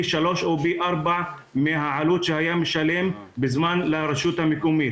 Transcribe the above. שלוש או פי ארבע מהעלות שהיה משלם לרשות המקומית?